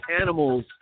animals